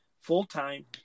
full-time